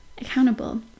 accountable